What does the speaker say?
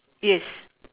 yes